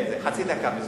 חצי דקה, ברשותך.